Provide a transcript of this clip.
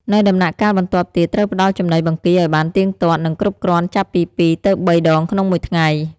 នៅដំណាក់កាលបន្ទាប់ទៀត ត្រូវផ្តល់ចំណីបង្គាឲ្យបានទៀងទាត់ និងគ្រប់គ្រាន់ចាប់ពី២ ទៅ ៣ ដងក្នុងមួយថ្ងៃ។